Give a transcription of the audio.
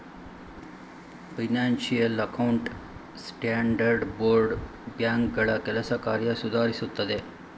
financial account standard board ಬ್ಯಾಂಕ್ಗಳ ಕೆಲಸ ಕಾರ್ಯ ಸುಧಾರಿಸುತ್ತದೆ